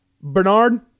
Bernard